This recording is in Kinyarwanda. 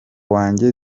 wanjye